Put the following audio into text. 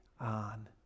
on